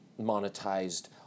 monetized